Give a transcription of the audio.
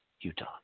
Utah